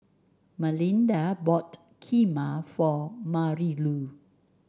Malinda bought Kheema for Marilou